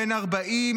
בן 40,